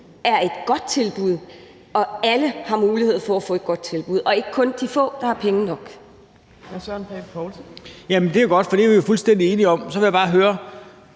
er et godt tilbud, og at alle har mulighed for at få et godt tilbud og ikke kun de få, der har penge nok.